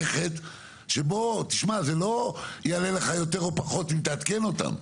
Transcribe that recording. זה לא יעלה לך יותר או פחות אם תעדכן אותם.